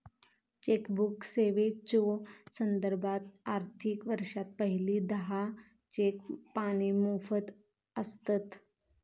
chequebook सेवेच्यो संदर्भात, आर्थिक वर्षात पहिली दहा चेक पाने मोफत आसतत